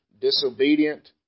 disobedient